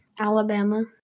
alabama